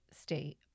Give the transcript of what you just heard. State